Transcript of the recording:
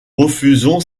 refusons